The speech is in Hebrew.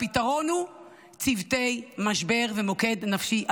הפתרון הוא צוותי משבר ומוקד נפשי ארצי.